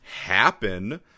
happen